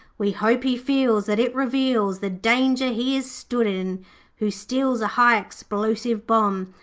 we hope he feels that it reveals the danger he is stood in who steals a high explosive bomb,